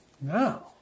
No